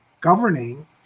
governing